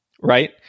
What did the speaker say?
right